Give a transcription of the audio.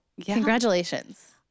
congratulations